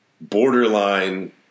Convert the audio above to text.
borderline